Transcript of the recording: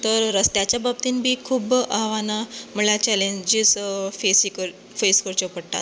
तर रस्त्याचे बाबतीन बी खूब आव्हानां म्हणल्यार चेलेंजीस फेसी फेस करच्यो पडटात